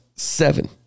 Seven